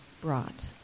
brought